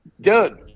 Dude